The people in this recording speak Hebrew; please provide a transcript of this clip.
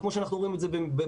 כמו שאנחנו רואים את זה בקורונה,